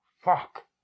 Fuck